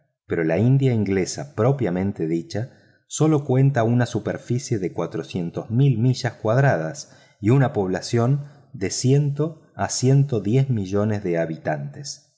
pero la india inglesa propiamente dicha sólo cuenta una superficie de cuatrocientas mil millas cuadradas y una población de ciento a ciento diez millones de habitanes